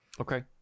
Okay